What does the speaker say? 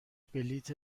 بلیط